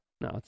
No